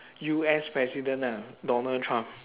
U_S president ah donald trump